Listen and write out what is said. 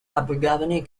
abergavenny